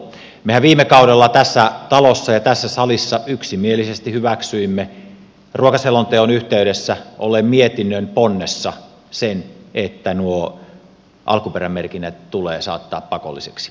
mehän viime kaudella tässä talossa ja tässä salissa yksimielisesti hyväksyimme ruokaselonteon yhteydessä olleen mietinnön ponnessa sen että nuo alkuperämerkinnät tulee saattaa pakollisiksi